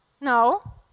No